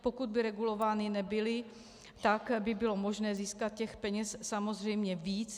Pokud by regulovány nebyly, tak by bylo možné získat těch peněz samozřejmě víc.